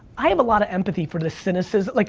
i have a lot of empathy for this cynicism, like